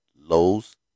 Lowe's